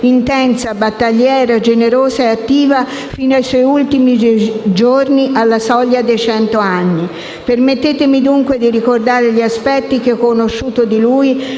intensa, battagliera, generosa e attiva fino ai suoi ultimi giorni, alla soglia dei cento anni. Permettetemi, dunque, di ricordare gli aspetti che ho conosciuto di lui,